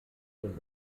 den